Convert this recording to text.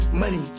money